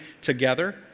together